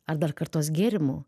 ar dar kartos gėrimų